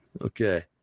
Okay